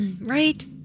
Right